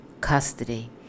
custody